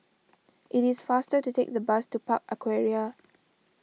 it is faster to take the bus to Park Aquaria